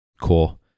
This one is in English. Cool